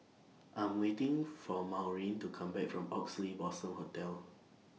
I'm waiting For Maureen to Come Back from Oxley Blossom Hotel